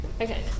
Okay